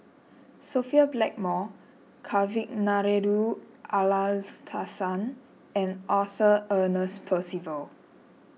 Sophia Blackmore Kavignareru Amallathasan and Arthur Ernest Percival